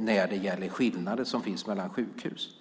när det gäller skillnader mellan sjukhus.